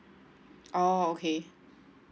oh okay